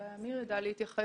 אולי אמיר ידע להתייחס,